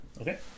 Okay